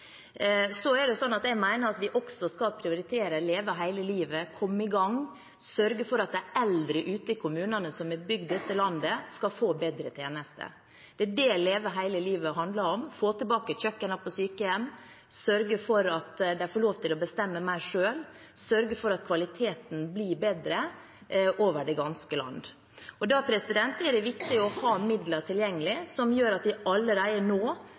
prioritere Leve hele livet, komme i gang, sørge for at de eldre ute i kommunene, som har bygd dette landet, skal få bedre tjenester. Det er det Leve hele livet handler om: å få tilbake kjøkken på sykehjem, å sørge for at de eldre får lov til å bestemme mer selv, å sørge for at kvaliteten blir bedre over det ganske land. Da er det viktig å ha midler tilgjengelig som gjør at vi allerede nå kan sette i gang. Og det er jo litt forunderlig nå